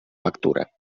factura